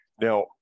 Now